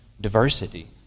diversity